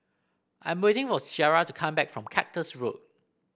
I'm waiting for Ciara to come back from Cactus Road